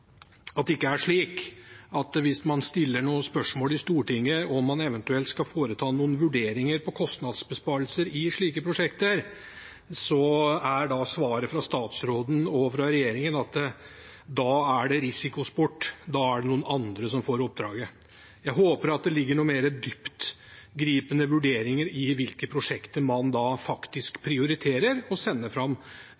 at det ikke er slik at hvis man stiller spørsmål i Stortinget om hvorvidt man eventuelt skal foreta noen vurderinger av kostnadsbesparelser i slike prosjekter, er svaret fra statsråden og regjeringen at da er det en risikosport, og da er det noen andre som får oppdraget. Jeg håper at det ligger noen mer dyptgripende vurderinger i hvilke prosjekter man faktisk